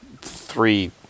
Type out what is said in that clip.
three